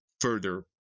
further